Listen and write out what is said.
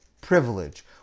privilege